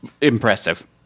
Impressive